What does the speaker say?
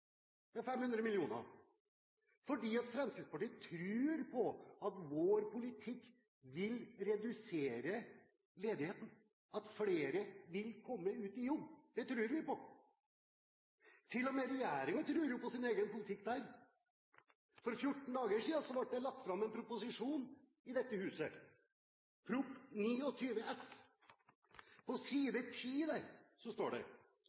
år med 500 mill. kr, fordi Fremskrittspartiet tror på at vår politikk vil redusere ledigheten, at flere vil komme ut i jobb – det tror vi på. Til og med regjeringen tror jo på sin egen politikk der. For fjorten dager siden ble det overbragt en proposisjon til dette huset, Prop. 29 S. På side 10 står det